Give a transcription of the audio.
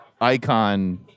icon